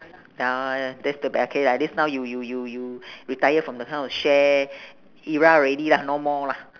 ya that's the bad K lah at least now you you you you retire from that kind of share era already lah no more lah